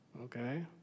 Okay